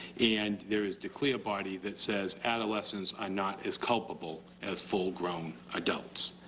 and there is the clear party that says adolescents are not as culpable as full-grown adults.